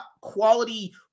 quality